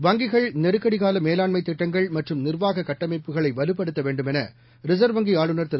வங்கிகள் நெருக்கடி கால மேலாண்மை திட்டங்கள் மற்றும் நிர்வாக கட்டமைப்புகளை வலுப்படுத்த வேண்டும் என ரிசர்வ் வங்கி ஆளுநர் திரு